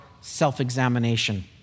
self-examination